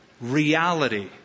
reality